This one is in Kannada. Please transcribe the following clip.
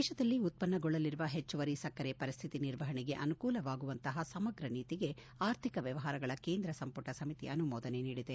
ದೇಶದಲ್ಲಿ ಉತ್ತನ್ಯಗೊಳ್ಳಲಿರುವ ಹೆಚ್ಚುವರಿ ಸಕ್ಕರೆ ಪರಿಸ್ತಿತಿ ನಿರ್ವಹಣೆಗೆ ಅನುಕೂಲವಾಗುವಂತಹ ಸಮಗ್ರ ನೀತಿಗೆ ಆರ್ಥಿಕ ವ್ವವಹಾರಗಳ ಕೇಂದ್ರ ಸಂಪುಟ ಸಮಿತಿ ಅನುಮೋದನೆ ನೀಡಿದೆ